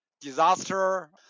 disaster